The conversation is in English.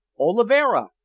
olivera